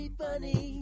funny